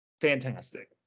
fantastic